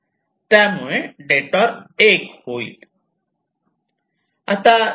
त्यामुळे डिटॉर 1 होईल